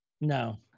No